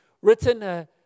written